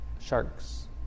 sharks